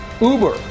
Uber